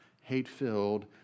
hate-filled